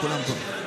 כולם פה.